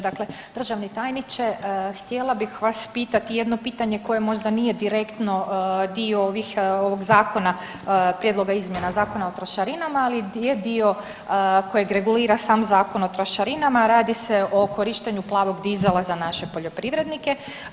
Dakle, državni tajniče, htjela bih vas pitati jedno pitanje koje možda nije direktno dio ovih, ovog zakona Prijedloga izmjena Zakona o trošarinama, ali je dio kojeg regulira sam Zakon o trošarinama, radi se o korištenju plavog dizela za naše poljoprivrednike.